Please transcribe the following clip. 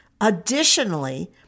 Additionally